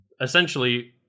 essentially